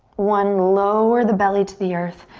one. lower the belly to the earth.